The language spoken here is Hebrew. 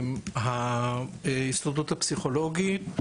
ההסתדרות הפסיכולוגית,